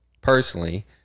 personally